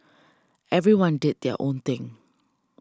everyone did their own thing